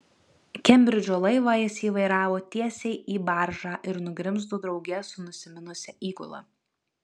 kembridžo laivą jis įvairavo tiesiai į baržą ir nugrimzdo drauge su nusiminusia įgula